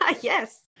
Yes